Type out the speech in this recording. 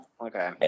okay